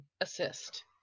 assist